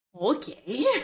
okay